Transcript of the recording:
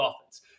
offense